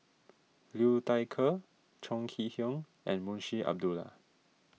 Liu Thai Ker Chong Kee Hiong and Munshi Abdullah